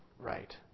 right